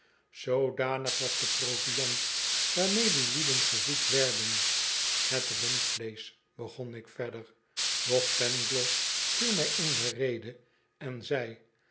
zoodanig was de proviand waarmee die lieden gevoed werden het rundvleesch begon ik verder doch pangloss viel mij in de rede en zei